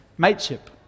mateship